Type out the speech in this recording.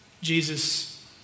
Jesus